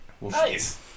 Nice